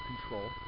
control